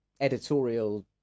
editorial